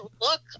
look